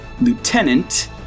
lieutenant